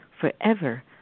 forever